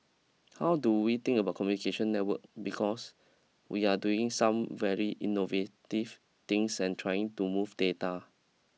how do we think about communication network because we are doing some very innovative things and trying to move data